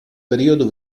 periodo